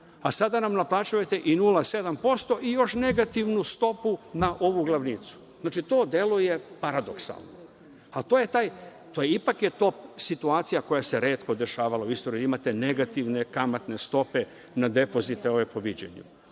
a sada nam naplaćujete i 0,7% i još negativnu stopu na ovu glavnicu. Znači, to deluje paradoksalno, ali ipak je to situacija koja se retko dešavala u istoriji. Imate negativne kamatne stope na depozite po viđenju. Drugim